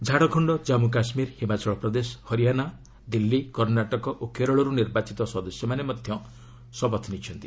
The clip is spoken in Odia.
ଝାଡ଼ଖଣ୍ଡ କାଞ୍ଗୁ କାଶ୍ମୀର ହିମାଚଳପ୍ରଦେଶ ହରିଆଣା ଦିଲ୍ଲୀ କର୍ଣ୍ଣାଟକ ଓ କେରଳରୁ ନିର୍ବାଚିତ ସଦସ୍ୟମାନେ ମଧ୍ୟ ଶପଥ ନେଇଛନ୍ତି